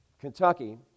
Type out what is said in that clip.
Kentucky